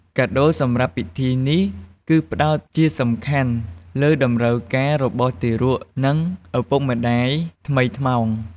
កាដូសម្រាប់ពិធីនេះ គឺផ្តោតជាសំខាន់លើតម្រូវការរបស់ទារក និងឪពុកម្តាយថ្មីថ្មោង។